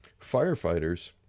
Firefighters